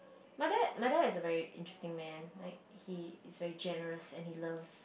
my dad my dad is a very interesting man like he is very generous and he loves